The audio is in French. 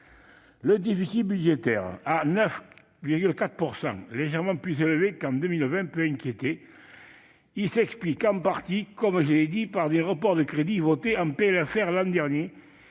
Le déficit budgétaire de 9,4 % du PIB, légèrement plus élevé qu'en 2020, peut inquiéter. Il s'explique en partie, comme je l'ai dit, par des reports de crédits votés en lois de